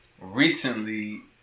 recently